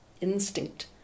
instinct